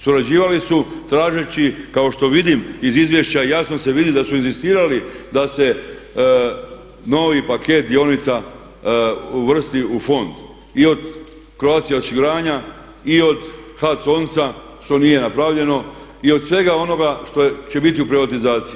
Surađivali su tražeći kao što vidim iz izvješća jasno se vidi da su inzistirali da se novi paket dionica uvrsti u fond i od Croatia osiguranja i od HAC ONC-a što nije napravljeno, i od svega onoga što će biti u privatizaciji.